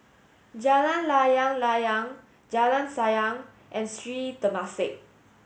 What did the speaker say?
Jalan Layang Layang Jalan Sayang and Sri Temasek